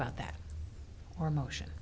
about that our motion